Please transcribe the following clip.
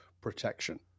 protection